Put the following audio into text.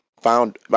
found